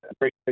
great